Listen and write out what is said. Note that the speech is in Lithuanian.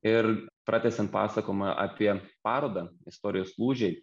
ir pratęsiant pasakomą apie parodą istorijos lūžiai